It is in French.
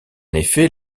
effet